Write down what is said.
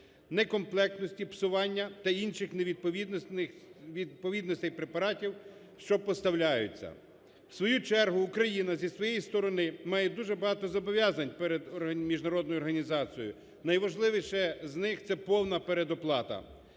некомплектності, псування та інших невідповідностей препаратів, що поставляються. У свою чергу Україна зі своєї сторони має дуже багато зобов'язань перед міжнародною організацією, найважливіше з них це повна передоплата.